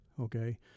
okay